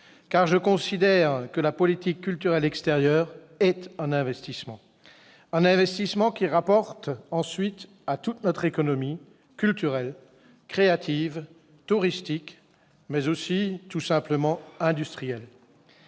je considère que la politique culturelle extérieure est un investissement, qui rapporte ensuite à notre économie culturelle, créative, touristique, mais aussi, tout simplement, industrielle.